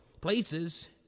places